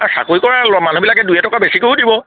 চাকৰি কৰা ল'ৰা মানুহবিলাকে দুই এটকা বেছিকৈয়ো দিব